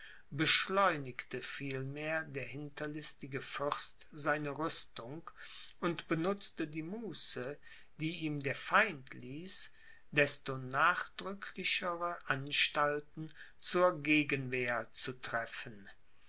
beschleunigte vielmehr der hinterlistige fürst seine rüstung und benutzte die muße die ihm der feind ließ desto nachdrücklichere anstalten zur gegenwehr zu treffen